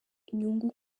inyungu